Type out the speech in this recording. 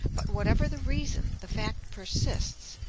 but whatever the reason, the fact persists,